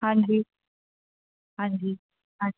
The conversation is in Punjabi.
ਹਾਂਜੀ ਹਾਂਜੀ ਹਾਂਜੀ